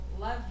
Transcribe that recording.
love